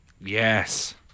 Yes